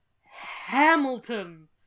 Hamilton